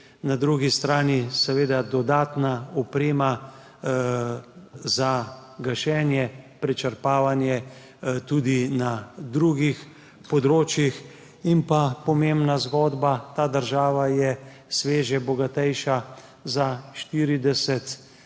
na drugi strani seveda dodatna oprema za gašenje, prečrpavanje tudi na drugih področjih. In še pomembna zgodba, ta država je sveže bogatejša za 40